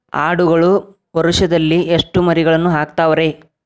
ಆಡುಗಳು ವರುಷದಲ್ಲಿ ಎಷ್ಟು ಮರಿಗಳನ್ನು ಹಾಕ್ತಾವ ರೇ?